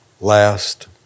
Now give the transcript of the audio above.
last